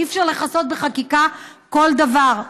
אי-אפשר לכסות בחקיקה כל דבר.